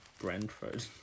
brentford